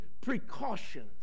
precautions